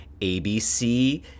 ABC